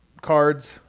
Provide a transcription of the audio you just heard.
cards